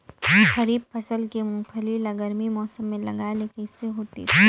खरीफ फसल के मुंगफली ला गरमी मौसम मे लगाय ले कइसे होतिस?